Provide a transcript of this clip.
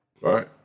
Right